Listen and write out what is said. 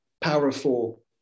powerful